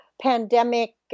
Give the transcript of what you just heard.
pandemic